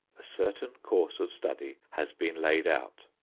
a certain course of study has been laid out.